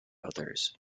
others